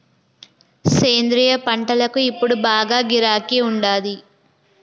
సేంద్రియ పంటలకు ఇప్పుడు బాగా గిరాకీ ఉండాది